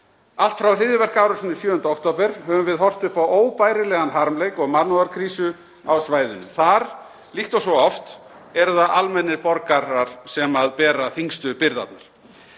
Allt frá hryðjuverkaárásinni 7. október höfum við horft upp á óbærilegan harmleik og mannúðarkrísu á svæðinu. Þar, líkt og svo oft, eru það almennir borgarar sem bera þyngstu byrðarnar.